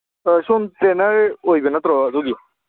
ꯑꯣ ꯁꯣꯝ ꯇ꯭ꯔꯦꯅꯔ ꯑꯣꯏꯕ ꯅꯠꯇ꯭ꯔꯣ ꯑꯗꯨꯒꯤ